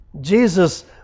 Jesus